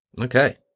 Okay